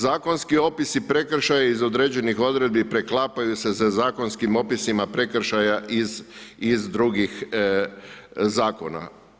Zakonski opisi prekršaja iz određenih odredbi preklapaju se sa zakonskim opisima prekršaja iz drugih zakona.